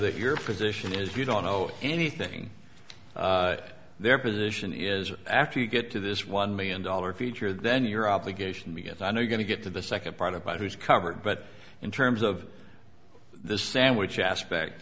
that your position is you don't know anything their position is after you get to this one million dollar feature then your obligation to get i know you going to get to the second part about who's covered but in terms of the sandwich aspect